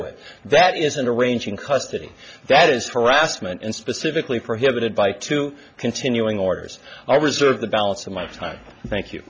with that isn't arranging custody that is for rassmann and specifically prohibited by to continuing orders i reserve the balance of my time thank